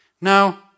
Now